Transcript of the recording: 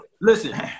Listen